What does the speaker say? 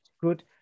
good